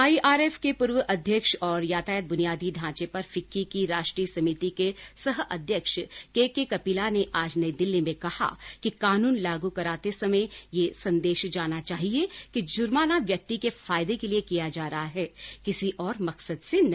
IRF के पूर्व अध्यक्ष और यातायात बुनियादी ढाँचे पर फिक्की की राष्ट्रीय समिति के सहअध्यक्ष केके कपिला ने आज नई दिल्ली में कहा कि कानून लागू कराते समय यह संदेश जाना चाहिये कि जुर्माना व्यक्ति के फायदे के लिए किया जा रहा है किसी और मकसद से नहीं